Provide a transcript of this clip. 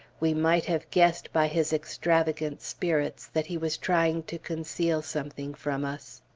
we might have guessed by his extravagant spirits that he was trying to conceal something from us.